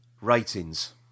ratings